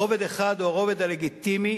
רובד אחד הוא הרובד הלגיטימי